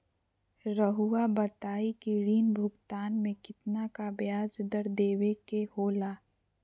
रहुआ बताइं कि ऋण भुगतान में कितना का ब्याज दर देवें के होला?